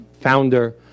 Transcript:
founder